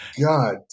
God